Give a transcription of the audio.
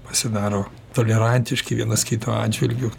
pasidaro tolerantiški vienas kito atžvilgiu